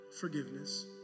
Forgiveness